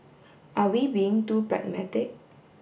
are we being too pragmatic